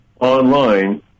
online